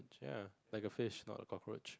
ya like a fish not a cockroach